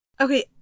Okay